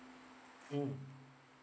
mm